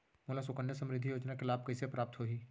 मोला सुकन्या समृद्धि योजना के लाभ कइसे प्राप्त होही?